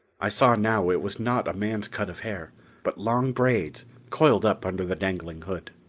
i saw now it was not a man's cut of hair but long braids coiled up under the dangling hood.